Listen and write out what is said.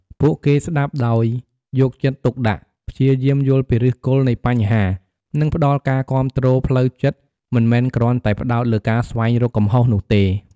ពួកគេស្ដាប់ដោយយកចិត្តទុកដាក់ ព្យាយាមយល់ពីឫសគល់នៃបញ្ហា និងផ្ដល់ការគាំទ្រផ្លូវចិត្ត មិនមែនគ្រាន់តែផ្ដោតលើការស្វែងរកកំហុសនោះទេ។